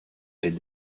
est